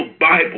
Bible